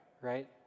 right